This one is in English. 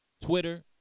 Twitter